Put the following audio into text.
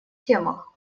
темах